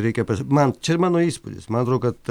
reikia man čia mano įspūdis man atrodo kad